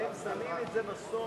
ההצעה להעביר את הצעת חוק